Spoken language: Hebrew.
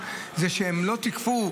שהם לא צריכים לשלם.